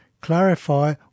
Clarify